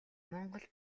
монгол